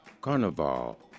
carnival